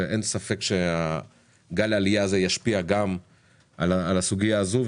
ואין ספק שגל העלייה הזה ישפיע גם על הסוגייה הזו,